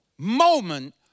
Moment